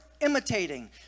imitating